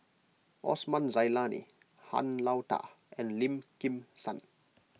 Osman Zailani Han Lao Da and Lim Kim San